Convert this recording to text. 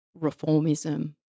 reformism